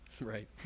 Right